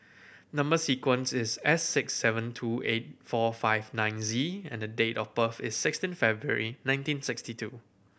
number sequence is S six seven two eight four five nine Z and the date of birth is sixteen February nineteen sixty two